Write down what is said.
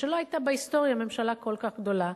ולא היתה בהיסטוריה ממשלה כל כך גדולה,